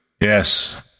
yes